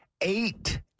eight